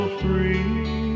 free